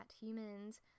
humans